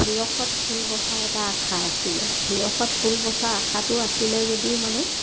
শিৰখত ফুল বচাৰ এটা আশা আছিলে শিৰখত ফুল বচা আশাটো আছিলে যদিও মানে